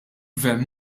gvern